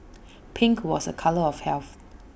pink was A colour of health